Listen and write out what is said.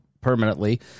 permanently